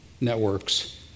networks